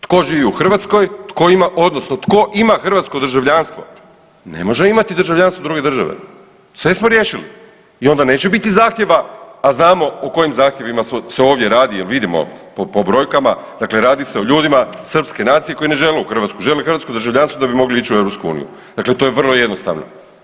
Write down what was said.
Tko živi u Hrvatskoj, tko ima odnosno tko ima hrvatsko državljanstvo ne može imati državljanstvo druge države, sve smo riješili i onda neće biti zahtjeva, a znamo o kojim zahtjevima se ovdje radi jel vidimo po brojkama, dakle radi se o ljudima srpske nacije koji ne žele u Hrvatsku, žele hrvatsko državljanstvo da bi mogli ići u EU, dakle to je vrlo jednostavno.